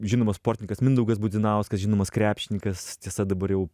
žinomas sportininkas mindaugas budzinauskas žinomas krepšininkas tiesa dabar jau